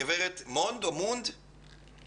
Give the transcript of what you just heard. גברת מונד, בבקשה.